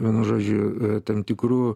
vienu žodžiu tam tikrų